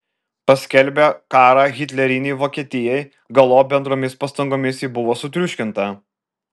paskelbė karą hitlerinei vokietijai galop bendromis pastangomis ji buvo sutriuškinta